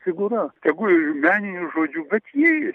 figūra tegu ir meniniu žodžiu bet ji